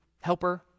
helper